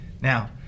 Now